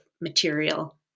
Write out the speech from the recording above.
material